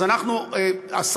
אז אנחנו אספנו,